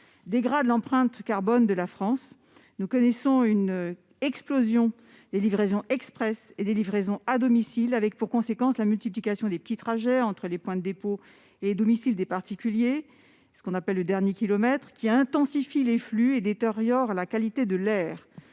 -dégrade l'empreinte carbone de la France. Nous connaissons une explosion des livraisons express et des livraisons à domicile, avec comme conséquence la multiplication des petits trajets entre les points de dépôts et les domiciles des particuliers- c'est ce que l'on appelle le dernier kilomètre -, qui intensifient les flux et détériorent la qualité de l'air-